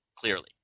Clearly